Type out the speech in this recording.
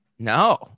No